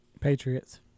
Patriots